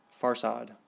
Farsad